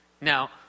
Now